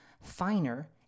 finer